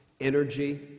energy